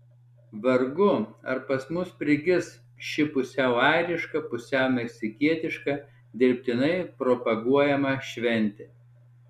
vargu ar pas mus prigis ši pusiau airiška pusiau meksikietiška dirbtinai propaguojama šventė